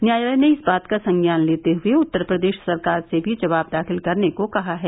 न्यायालय ने इस बात का संज्ञान लेते हुए उत्तर प्रदेश सरकार से भी जवाब दाखिल करने को कहा है